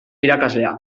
irakaslea